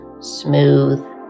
smooth